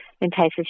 entices